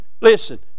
Listen